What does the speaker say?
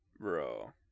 Bro